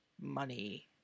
money